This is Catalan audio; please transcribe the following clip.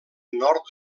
nord